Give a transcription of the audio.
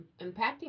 impacting